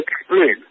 explain